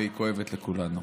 והיא כואבת לכולנו.